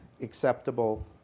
acceptable